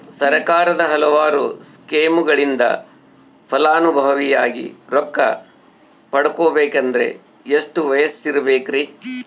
ಸರ್ಕಾರದ ಹಲವಾರು ಸ್ಕೇಮುಗಳಿಂದ ಫಲಾನುಭವಿಯಾಗಿ ರೊಕ್ಕ ಪಡಕೊಬೇಕಂದರೆ ಎಷ್ಟು ವಯಸ್ಸಿರಬೇಕ್ರಿ?